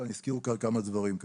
הזכירו כאן כמה דברים.